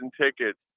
tickets